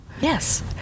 Yes